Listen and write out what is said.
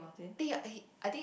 eh I I think